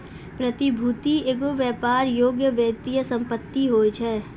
प्रतिभूति एगो व्यापार योग्य वित्तीय सम्पति होय छै